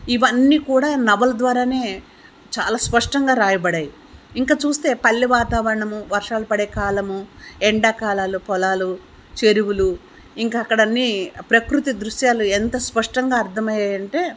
ఇవన్నీ కూడా నవల ద్వారా చాలా స్పష్టంగా రాయబడ్డాయి ఇంకా చూస్తే పల్లె వాతావరణము వర్షాలు పడే కాలము ఎండాకాలాలు పొలాలు చెరువులు ఇంకా అక్కడ అన్నీ ప్రకృతి దృశ్యాలు ఎంత స్పష్టంగా అర్థమయ్యాయి అంటే